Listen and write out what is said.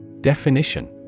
Definition